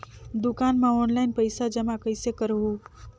दुकान म ऑनलाइन पइसा जमा कइसे करहु?